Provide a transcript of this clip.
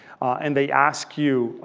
and they ask you,